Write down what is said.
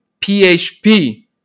PHP